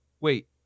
Wait